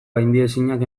gaindiezinak